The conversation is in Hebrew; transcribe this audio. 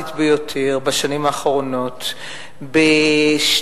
דרמטית ביותר בשנים האחרונות בשתייה,